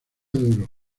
duro